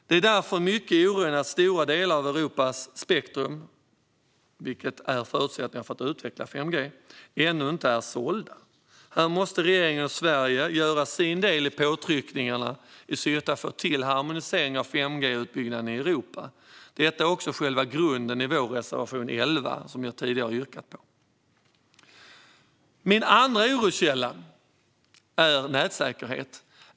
Det är därför mycket oroande att stora delar av Europas spektrum, vilka är förutsättningar för att utveckla 5G, ännu inte är sålda. Här måste regeringen och Sverige göra sin del i påtryckningarna i syfte att få till harmonisering av 5G-utbyggnaden i Europa. Detta är också själva grunden för vår reservation 11, som jag tidigare yrkade bifall till. Min andra oroskälla är nätsäkerhet.